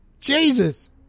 Jesus